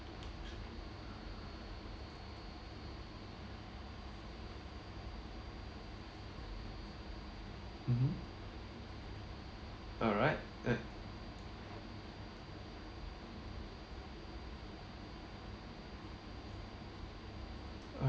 mm alright err